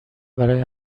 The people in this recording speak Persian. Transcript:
برای